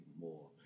more